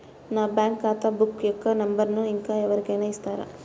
నా బ్యాంక్ ఖాతా బుక్ యొక్క నంబరును ఇంకా ఎవరి కైనా ఇస్తారా?